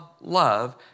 love